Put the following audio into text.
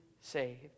saved